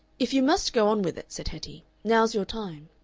if you must go on with it, said hetty, now's your time.